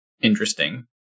interesting